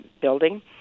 building